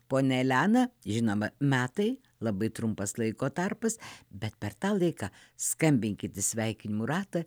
ponia elena žinoma metai labai trumpas laiko tarpas bet per tą laiką skambinkit į sveikinimų ratą